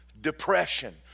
Depression